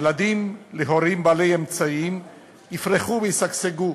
ילדים להורים בעלי אמצעים יפרחו וישגשגו,